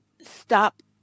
stop